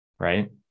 right